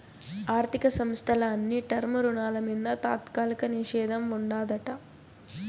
ఆర్థిక సంస్థల అన్ని టర్మ్ రుణాల మింద తాత్కాలిక నిషేధం ఉండాదట